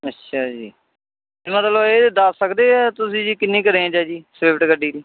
ਅੱਛਾ ਜੀ ਅਤੇ ਮਤਲਬ ਇਹ ਦੱਸ ਸਕਦੇ ਹੈ ਤੁਸੀਂ ਜੀ ਕਿੰਨੀ ਕੁ ਰੇਂਜ ਹੈ ਜੀ ਸਵਿਫਟ ਗੱਡੀ ਦੀ